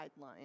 guidelines